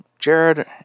Jared